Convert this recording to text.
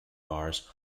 bars